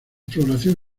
floración